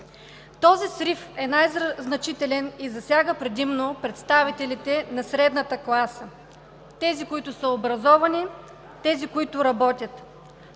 Този срив е най-значителен и засяга предимно представителите на средната класа – тези които са образовани, тези които работят.